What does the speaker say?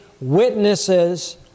witnesses